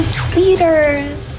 tweeters